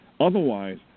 Otherwise